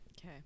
Okay